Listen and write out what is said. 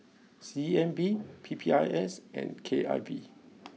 C N B P P I S and K I V